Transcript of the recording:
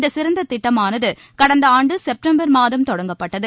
இந்த சிறந்த திட்டமானது கடந்த ஆண்டு செப்டம்பர் மாதம் தொடங்கப்பட்டது